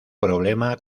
problema